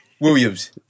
Williams